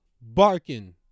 barking